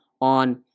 on